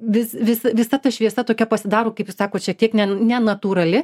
vis vis visa ta šviesa tokia pasidaro kaip jūs sakot šiek tiek ne nenatūrali